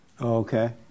Okay